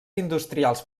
industrials